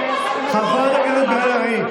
חברת הכנסת בן ארי.